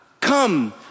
come